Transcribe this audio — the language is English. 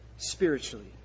Spiritually